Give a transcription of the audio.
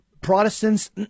Protestants